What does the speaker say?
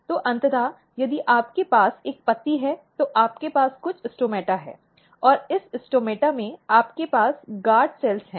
तो अंततः यदि आपके पास एक पत्ती है तो आपके पास कुछ स्टोमेटा हैं और इस स्टोमेटा में आपके पास गार्ड कोशिकाएं हैं